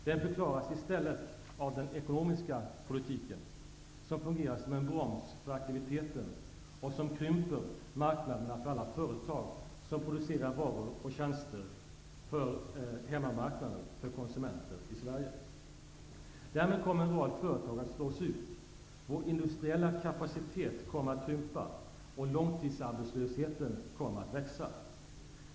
Den förklaras i stället av den ekonomiska politiken, som fungerar som en broms för aktiviteten och som krymper marknaderna för alla företag som producerar varor och tjänster för hemmamarknaden i Sverige. Därmed kommer en rad företag att slås ut, vår industriella kapacitet att krympa och långtidsarbetslösheten att växa.